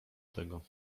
tego